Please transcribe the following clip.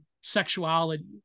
sexuality